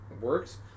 works